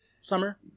summer